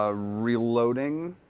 ah reloading,